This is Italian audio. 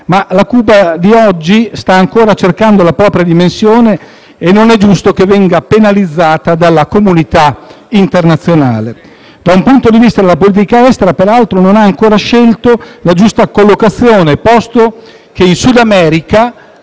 la Cuba di oggi sta ancora cercando la propria dimensione e non è giusto che venga penalizzata dalla comunità internazionale. Dal punto di vista della politica estera, peraltro, non ha ancora scelto la giusta collocazione, posto che il Sudamerica